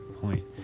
point